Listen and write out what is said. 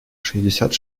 шестьдесят